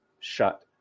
shut